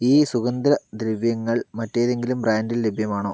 ഈ സുഗന്ധ ദ്രവ്യങ്ങൾ മറ്റേതെങ്കിലും ബ്രാൻഡിൽ ലഭ്യമാണോ